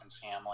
family